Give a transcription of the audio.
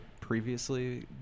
previously